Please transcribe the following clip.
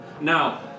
Now